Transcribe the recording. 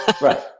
Right